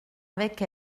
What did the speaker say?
avec